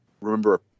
remember